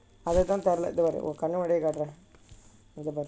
அதே தான் தெரியலே உன் கண் முன்னாடி காட்டுறேன்:athae thaan theriyalai un kan munnaadi kaatturaen